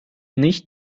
nicht